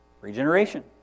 Regeneration